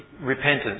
repentance